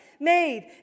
made